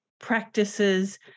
practices